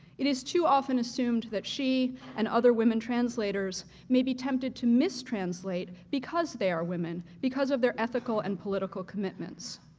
it is too often assumed that she and other women translators may be tempted to mistranslate because they are women, because of their ethical and political commitments.